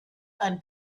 ein